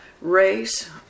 race